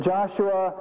Joshua